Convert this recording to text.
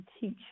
teach